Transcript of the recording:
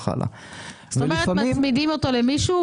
מצמידים למישהו,